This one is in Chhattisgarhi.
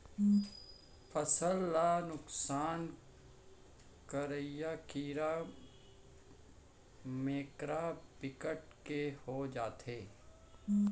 फसल ल नुकसान करइया कीरा मकोरा बिकट के हो जाथे